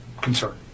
concern